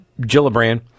Gillibrand